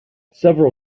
several